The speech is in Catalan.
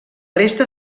resta